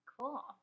Cool